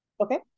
Okay